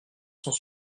cent